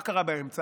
מה קרה באמצע,